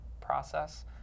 process